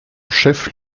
chef